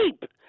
deep